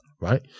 right